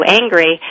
angry